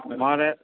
મારે